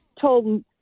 told